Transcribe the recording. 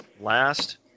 last